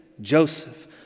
Joseph